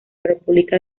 república